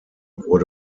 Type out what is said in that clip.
wurde